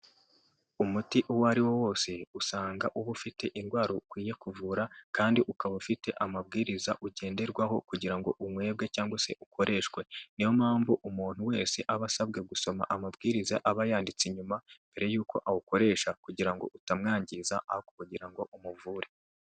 Umuti uwo ariwo wose usanga uba ufite indwara ukwiye kuvura kandi ukaba ufite amabwiriza ugenderwaho kugira ngonwebwe cyangwa se ukoreshwe, niyo mpamvu umuntu wese aba asabwe gusoma amabwiriza aba yanditse inyuma mbere y'uko awukoresha kugira ngo utamwangiza aho kugira ngo umuvure.